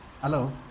Hello